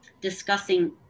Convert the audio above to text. discussing